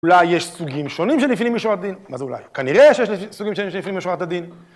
אולי יש סוגים שונים של לפנים משורת הדין? מה זה אולי? כנראה שיש סוגים שונים של לפנים משורת הדין.